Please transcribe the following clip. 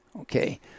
okay